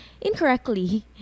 incorrectly